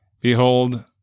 Behold